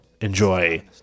Enjoy